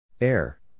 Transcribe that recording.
Air